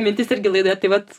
mintis irgi laidoje tai vat